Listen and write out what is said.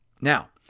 Now